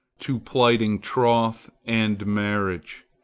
to plighting troth and marriage.